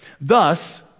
Thus